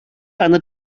eine